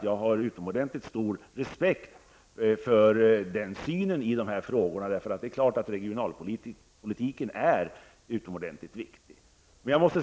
Jag har utomordentligt stor respekt för den synen i dessa frågor. Självklart är de regionalpolitiska aspekterna mycket viktiga.